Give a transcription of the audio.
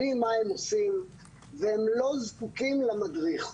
יודעים מה הם עושים והם לא זקוקים למדריך.